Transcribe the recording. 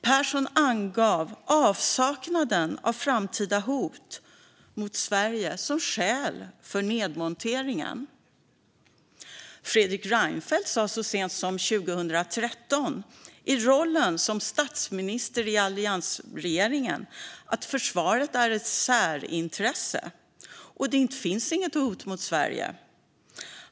Persson angav avsaknaden av framtida hot mot Sverige som skäl för nedmonteringen. Fredrik Reinfeldt sa i rollen som statsminister i alliansregeringen så sent som 2013 att försvaret är ett särintresse och att det inte finns något hot mot Sverige.